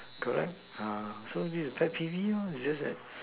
correct uh so this is pet peeve lor is just that